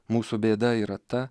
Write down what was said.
mūsų bėda yra ta